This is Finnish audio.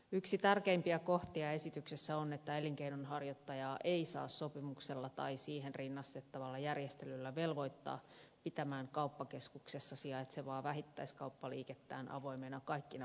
yksi tärkeimpiä kohtia esityksessä on että elinkeinonharjoittajaa ei saa sopimuksella tai siihen rinnastettavalla järjestelyllä velvoittaa pitämään kauppakeskuksessa sijaitsevaa vähittäiskauppaliikettään avoimena kaikkina viikonpäivinä